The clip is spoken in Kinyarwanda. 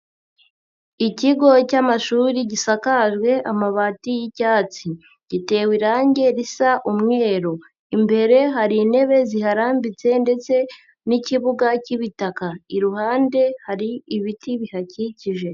Ikigo cy'amashuri gisakajwe amabati y'icyatsi. Gitewe irangi risa umweru. Imbere hari intebe ziharambitse ndetse n'ikibuga cy'ibitaka. Iruhande hari ibiti bihakikije.